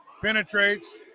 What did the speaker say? Penetrates